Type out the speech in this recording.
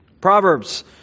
Proverbs